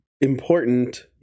important